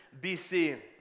BC